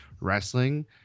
wrestling